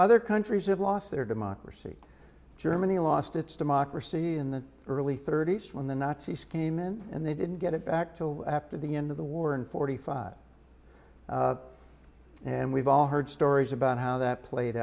other countries have lost their democracy germany lost its democracy in the early thirties when the nazis came in and they didn't get it back till after the end of the war and forty five and we've all heard stories about how that played